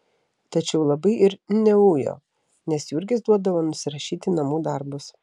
tačiau labai ir neujo nes jurgis duodavo nusirašyti namų darbus